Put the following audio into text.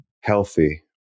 healthy